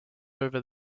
over